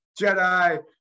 Jedi